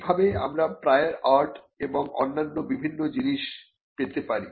কিভাবে আমরা prior art এবং অন্যান্য বিভিন্ন জিনিস পেতে পারি